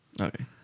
Okay